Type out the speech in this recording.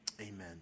amen